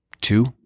two